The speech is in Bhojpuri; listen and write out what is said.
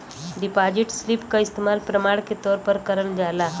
डिपाजिट स्लिप क इस्तेमाल प्रमाण के तौर पर करल जाला